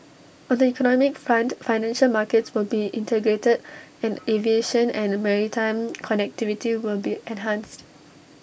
on the economic front financial markets will be integrated and aviation and maritime connectivity will be enhanced